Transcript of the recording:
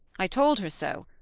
i told her so,